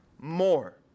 more